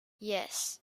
yes